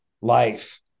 life